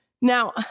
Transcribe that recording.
Now